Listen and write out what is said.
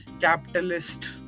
capitalist